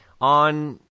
on